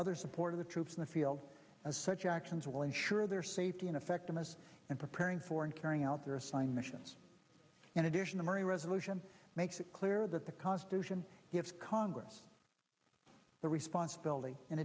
other support of the troops in the field as such actions will ensure their safety and effectiveness and preparing for and carrying out their assigned missions and additional marry resolution makes it clear that the constitution gives congress the responsibility in